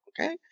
Okay